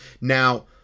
Now